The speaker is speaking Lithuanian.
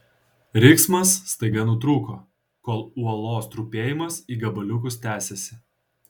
riksmas staiga nutrūko kol uolos trupėjimas į gabaliukus tęsėsi